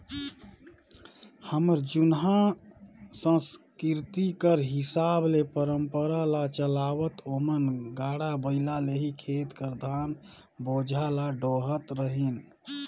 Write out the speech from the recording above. हमर जुनहा संसकिरती कर हिसाब ले परंपरा ल चलावत ओमन गाड़ा बइला ले ही खेत कर धान बोझा ल डोहत रहिन